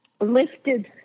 lifted